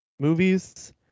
Movies